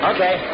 Okay